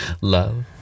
love